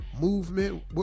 movement